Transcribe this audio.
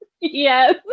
yes